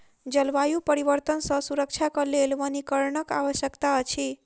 जलवायु परिवर्तन सॅ सुरक्षाक लेल वनीकरणक आवश्यकता अछि